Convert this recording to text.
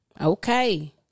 Okay